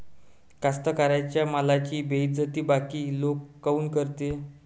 कास्तकाराइच्या मालाची बेइज्जती बाकी लोक काऊन करते?